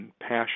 passion